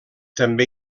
també